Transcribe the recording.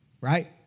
right